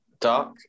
dark